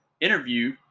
interview